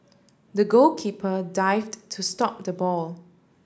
the goalkeeper dived to stop the ball